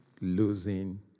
losing